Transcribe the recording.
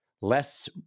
less